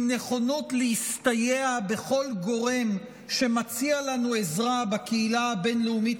עם נכונות להסתייע בכל גורם שמציע לנו עזרה בקהילה הבין-לאומית